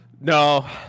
No